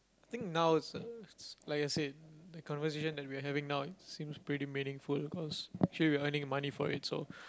think now it's a it's like I said the conversation that we are having now it seems pretty meaningful cause we actually earning money for it so